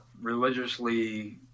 religiously